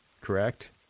correct